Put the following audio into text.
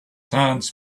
hands